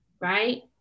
right